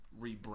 rebrand